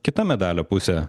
kita medalio pusė